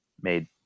made